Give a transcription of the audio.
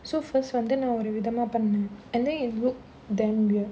so first வந்து நா ஒரு விதமா பண்ணேன்:vandhu naa oru vidhamaa pannaen and then it look damn weird